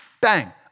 Bang